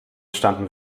standen